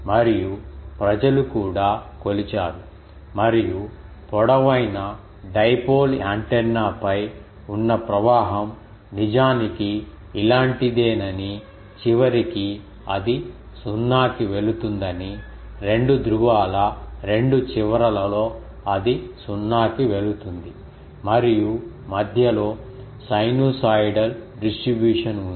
మరియు ప్రజలు కూడా కొలిచారు మరియు పొడవైన డైపోల్ యాంటెన్నాపై ఉన్న ప్రవాహం నిజానికి ఇలాంటిదేనని చివరికి అది సున్నాకి వెళుతుందని 2 ధ్రువాల 2 చివరలలో అది సున్నాకి వెళుతుంది మరియు మధ్యలో సైను సాయిడల్ డిస్ట్రిబ్యూషన్ ఉంది